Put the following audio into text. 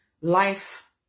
life